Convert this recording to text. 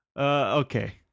Okay